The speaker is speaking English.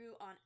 on